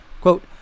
Quote